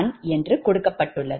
001 என்று கொடுக்கப்பட்டுள்ளது